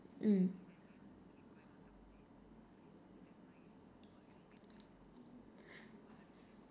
mm